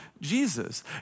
Jesus